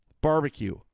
Barbecue